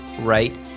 right